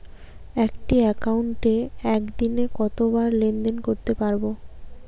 একটি একাউন্টে একদিনে কতবার লেনদেন করতে পারব?